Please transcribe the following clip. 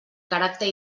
caràcter